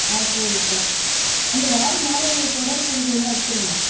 ஆ சரிக்கா அந்த றால் மேலே உள்ள குடல் பகுதியெல்லாம் எடுத்துருங்க